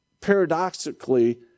paradoxically